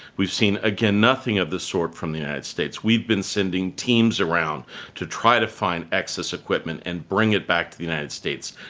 we've seen, again, nothing of the sort from the united states. we've been sending teams around to try to find excess equipment and bring it back to the united states,